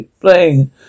playing